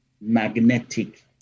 magnetic